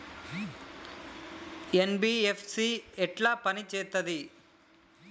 NBFC ఎట్ల పని చేత్తది?